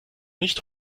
nicht